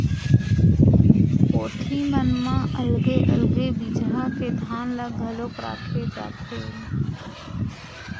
कोठी मन म अलगे अलगे बिजहा के धान ल घलोक राखे जाथेन